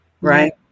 Right